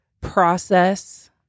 process